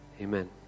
Amen